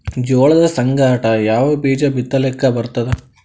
ಜೋಳದ ಸಂಗಾಟ ಯಾವ ಬೀಜಾ ಬಿತಲಿಕ್ಕ ಬರ್ತಾದ?